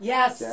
Yes